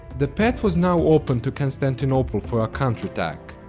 the path was now open to constantinople for a counterattack.